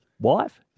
wife